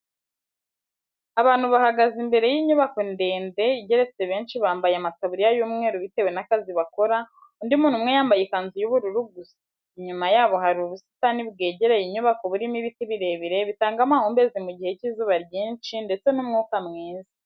Abantu bahagaze imbere y'inyubako ndende igeretse abenshi bambaye amataburiya y'umweru bitewe n'akazi bakora, undi muntu umwe yambaye ikanzu y'ubururu gusa, inyuma yabo hari ubusitani bwegereye inyubako burimo ibiti birebire bitanga amahumbezi mu gihe cy'izuba ryinshi ndetse n'umwuka mwiza.